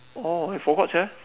orh I forgot sia